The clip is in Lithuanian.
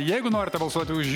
jeigu norite balsuoti už